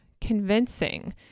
convincing